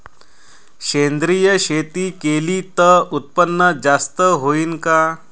सेंद्रिय शेती केली त उत्पन्न जास्त होईन का?